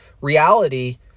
reality